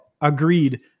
agreed